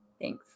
Thanks